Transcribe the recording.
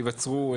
ייווצרו,